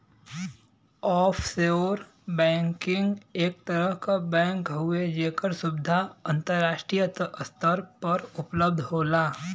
offshore banking एक तरह क बैंक हउवे जेकर सुविधा अंतराष्ट्रीय स्तर पर उपलब्ध होला